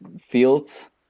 fields